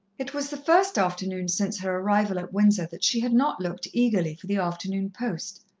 it was the first afternoon since her arrival at windsor that she had not looked eagerly for the afternoon post.